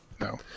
No